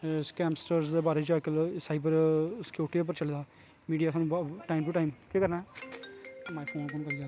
सकैमसट्र दे बारे च आक्खी लैओ साइवर सिक्योरटी पर चले दा मीडिया स्हानू टाईम टू टाईम केह् करना ऐ